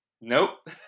Nope